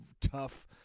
tough